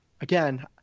again